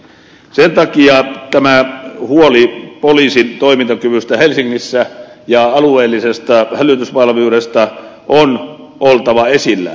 sen takia tämän huolen poliisin toimintakyvystä helsingissä ja alueellisesta hälytysvalmiudesta on oltava esillä